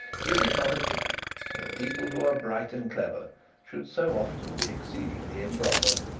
is it not a pity that people who are bright and clever should so often be exceedingly improper?